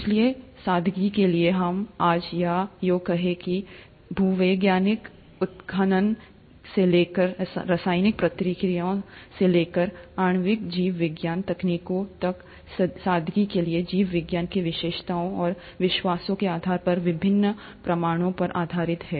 इसलिए सादगी के लिए हम आज या यों कहें कि भूवैज्ञानिक उत्खनन से लेकर रासायनिक प्रतिक्रियाओं से लेकर आणविक जीव विज्ञान तकनीकों तक सादगी के लिए जीवविज्ञान के विश्वासों और विश्वासों के आधार पर विभिन्न प्रमाणों पर आधारित हैं